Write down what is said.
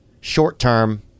short-term